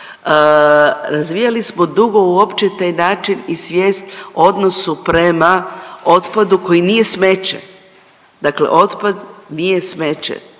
razvijali smo dugo uopće taj način i svijest u odnosu prema otpadu koji nije smeće, dakle otpad nije smeće,